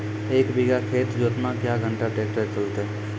एक बीघा खेत जोतना क्या घंटा ट्रैक्टर चलते?